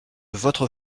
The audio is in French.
votre